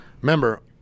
Remember